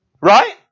Right